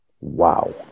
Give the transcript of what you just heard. Wow